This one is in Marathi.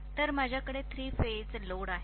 तर माझ्याकडे थ्री फेज लोड आहे